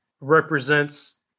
Represents